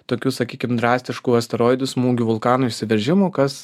tokių sakykim drastiškų asteroidų smūgių vulkanų išsiveržimų kas